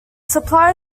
supply